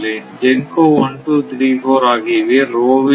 GENCO 1 2 3 4 ஆகியவை row வில் இருக்கும்